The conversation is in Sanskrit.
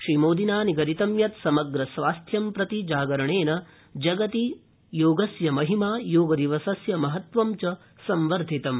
श्रीमोदिना निगदितं यत् समग्रस्वास्थं प्रति जागरणेन जगति योगस्य महिमा योगदिवसस्य महत्वं च संवर्धितम्